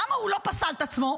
למה הוא לא פסל את עצמו,